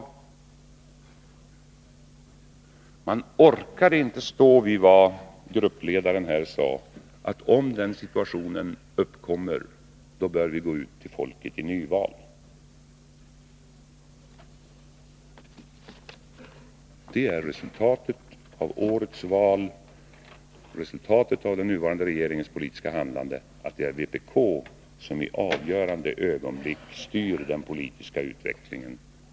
Man orkade inte stå vid vad gruppledaren sade: Om den situationen uppkommer att vi förlorar i omröstningen, då bör vi gå ut till folket i nyval. Resultatet av årets val, resultatet av den nuvarande regeringens politiska handlande är att det är vpk som i avgörande ögonblick styr den politiska utvecklingen.